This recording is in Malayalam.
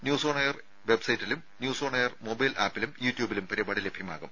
ന്യൂസ് ഓൺ എയർ വെബ്സൈറ്റിലും ന്യൂസ് ഓൺ എയർ മൊബൈൽ ആപ്പിലും യുട്യൂബിലും പരിപാടി ലഭ്യമാകും